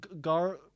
Gar